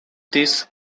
this